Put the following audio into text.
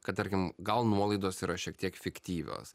kad tarkim gal nuolaidos yra šiek tiek fiktyvios